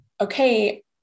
okay